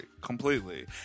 Completely